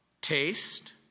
Taste